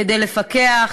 כדי לפקח,